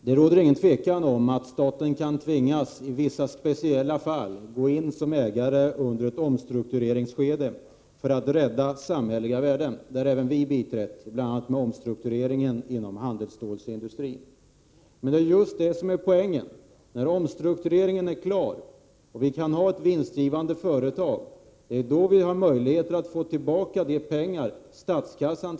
Fru talman! Jag skall inte som Rune Jonsson citera mig själv från i fjol utan använda årets argument i den här debatten.